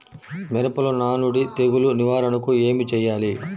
మిరపలో నానుడి తెగులు నివారణకు ఏమి చేయాలి?